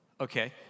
Okay